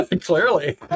Clearly